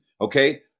okay